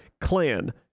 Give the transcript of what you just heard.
clan